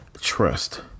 trust